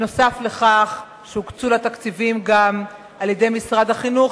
נוסף על כך שהוקצו לה תקציבים גם על-ידי משרד החינוך,